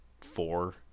four